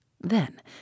Then